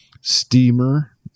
Steamer